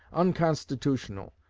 unconstitutional,